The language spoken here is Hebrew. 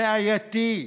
בעייתי.